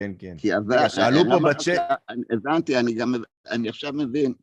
כן, כן, שאלו פה בצ'ט. הבנתי, אני גם אני עכשיו מבין.